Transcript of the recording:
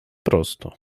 prosto